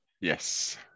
Yes